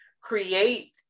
create